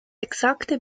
exakte